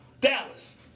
Dallas